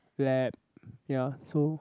lab ya so